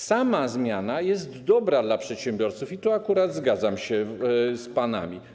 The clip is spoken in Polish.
Sama zmiana jest dobra dla przedsiębiorców i tu akurat zgadzam się z panami.